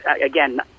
again